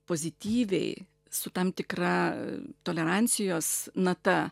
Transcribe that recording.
pozityviai su tam tikra tolerancijos nata